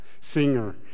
singer